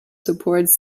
supports